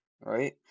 right